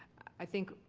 i think.